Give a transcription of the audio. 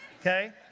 okay